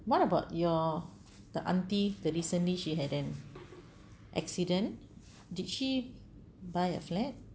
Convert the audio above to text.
what about your the auntie the recently she had an accident did she buy a flat